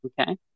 Okay